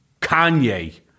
Kanye